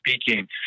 speaking